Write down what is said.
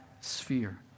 sphere